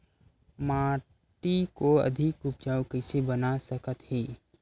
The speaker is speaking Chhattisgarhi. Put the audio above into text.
माटी को अधिक उपजाऊ कइसे बना सकत हे?